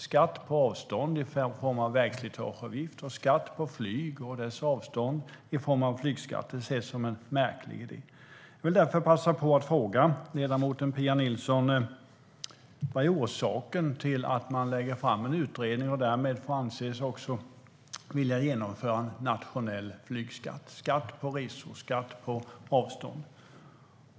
Skatt på avstånd i form av en vägslitageavgift och skatt på avstånd i form av en flygskatt ses som en märklig idé. Jag vill därför passa på att fråga ledamoten Pia Nilsson: Vad är orsaken till att man lägger fram en utredning och därmed får anses vilja införa en nationell flygskatt? Det är skatt på resor och skatt på avstånd.